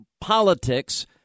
politics